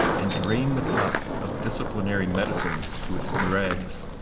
and drain the cup of disciplinary medicine to its dregs.